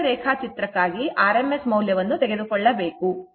phasor ರೇಖಾಚಿತ್ರಕ್ಕಾಗಿ rms ಮೌಲ್ಯವನ್ನು ತೆಗೆದುಕೊಳ್ಳಬೇಕು